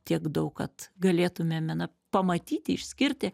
tiek daug kad galėtumėme na pamatyti išskirti